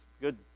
Good